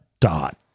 dot